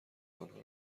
آنها